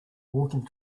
walking